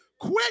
Quit